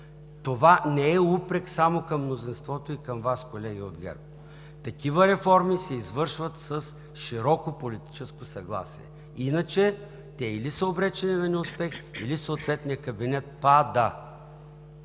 Това не е упрек само към мнозинството и към Вас, колеги от ГЕРБ, такива реформи се извършват с широко политическо съгласие, иначе те или са обречени на неуспех, или съответният кабинет пада.